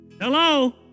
Hello